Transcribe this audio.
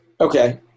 Okay